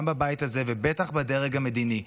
גם בבית הזה ובטח בדרג המדיני.